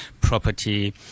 property